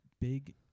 big